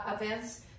events